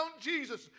Jesus